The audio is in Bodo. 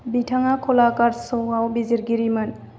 बिथाङा कलागार्जस आव बिजिरगिरिमोन